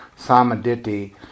samaditi